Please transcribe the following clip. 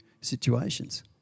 situations